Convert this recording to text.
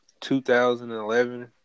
2011